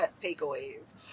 takeaways